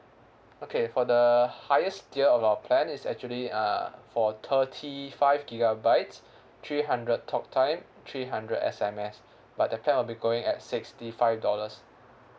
okay for the highest tier of our plan is actually uh for thirty five gigabytes three hundred talk time three hundred S_M_S but the plan will be going at sixty five dollars